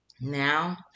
Now